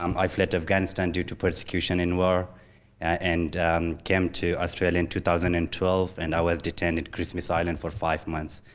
um i fled afghanistan due to persecution and war and came to australia in two thousand and twelve and i was detained at christmas island for five months.